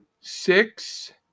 Six